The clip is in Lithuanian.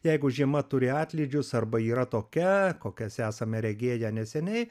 jeigu žiema turi atlydžius arba yra tokia kokias esame regėję neseniai